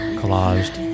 collaged